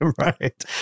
right